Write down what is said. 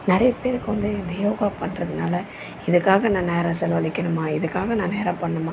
நிறைய பேருக்கு வந்து இந்த யோகா பண்ணுறதுனால இதுக்காக நான் நேரம் செலவழிக்கணுமா இதுக்காக நான் நேரம் பண்ணுமா